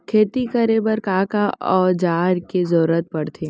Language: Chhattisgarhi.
खेती करे बर का का औज़ार के जरूरत पढ़थे?